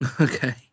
Okay